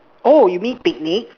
oh you mean picnic